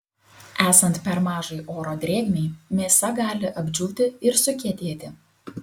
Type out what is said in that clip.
esant per mažai oro drėgmei mėsa gali apdžiūti ir sukietėti